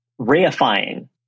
reifying